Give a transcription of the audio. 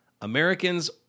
Americans